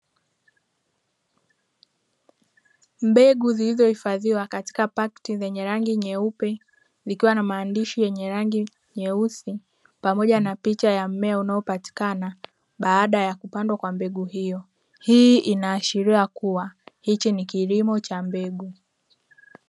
Mbegu zilizohifadhiwa katika paketi zenye rangi nyeupe zikiwa na maandishi yenye rangi nyeusi pamoja na picha ya mmea unaopatikana baada ya kupandwa kwa mbegu hiyo ,hii inaashiria kuwa hichi ni kilimo cha mbegu.